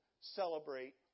celebrate